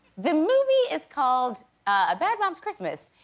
the movie is called a bad moms christmas,